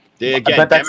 Again